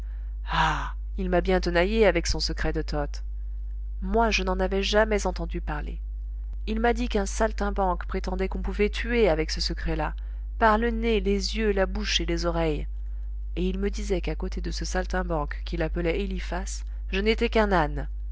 ah il m'a bien tenaillé avec son secret de toth moi je n'en avais jamais entendu parler il m'a dit qu'un saltimbanque prétendait qu'on pouvait tuer avec ce secret-là par le nez les yeux la bouche et les oreilles et il me disait qu'à côté de ce saltimbanque qu'il appelait eliphas je n'étais qu'un âne